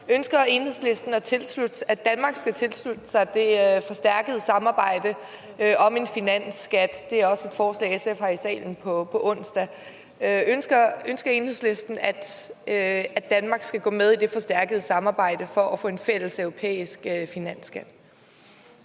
Ønsker Enhedslisten, at Danmark skal tilslutte sig det forstærkede samarbejde om en finansskat? Det er også et forslag, som SF har i salen på onsdag. Ønsker Enhedslisten, at Danmark skal gå med i det forstærkede samarbejde for at få en fælleseuropæisk finansskat?